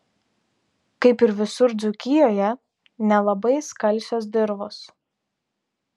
kaip ir visur dzūkijoje nelabai skalsios dirvos